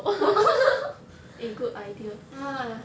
eh good idea !hais!